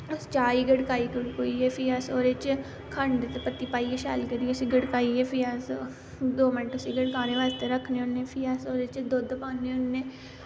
अस चाह् गी गड़काईया गड़कुईयै फ्ही अस ओह्दे च खण्ड ते पत्ती पाईयै शैल करियै उसी गड़काइयै फ्ही अस दो मैंन्ट उसी गड़कानै आस्तै रक्खने होन्ने फ्ही अस ओह्ॅदे च दुध्द पान्ने होन्ने